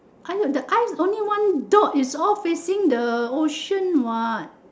!aiyo! the eyes is only one dot is all facing the ocean what